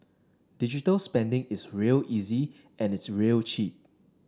digital spending is real easy and it's real cheap